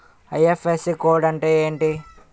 IFSC code అంటే ఏంటి?